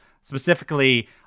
Specifically